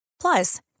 Plus